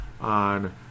on